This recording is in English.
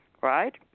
right